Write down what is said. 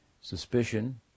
Suspicion